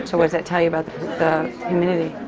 so what does that tell you about the humidity?